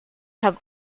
have